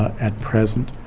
at present,